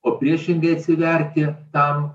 o priešingai atsiverti tam